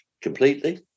completely